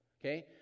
Okay